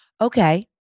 Okay